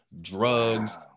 drugs